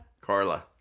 Carla